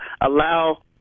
allow